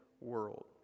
world